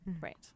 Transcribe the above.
right